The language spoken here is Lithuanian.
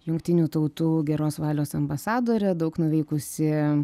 jungtinių tautų geros valios ambasadorė daug nuveikusi